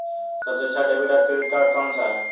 सबसे अच्छा डेबिट या क्रेडिट कार्ड कौन सा है?